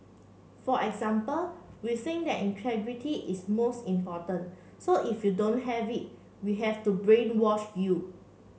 for example we think that integrity is more important so if you don't have it we have to brainwash you